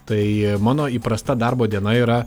tai mano įprasta darbo diena yra